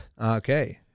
Okay